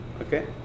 Okay